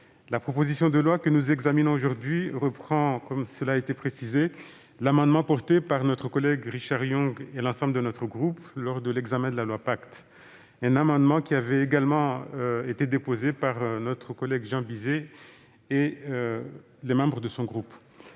la proposition de loi que nous examinons aujourd'hui reprend un amendement porté par notre collègue Richard Yung et l'ensemble de notre groupe lors de l'examen de la loi Pacte, amendement qui avait également été soutenu par Jean Bizet et des membres de son groupe.